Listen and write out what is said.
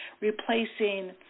replacing